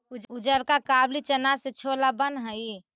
उजरका काबली चना से छोला बन हई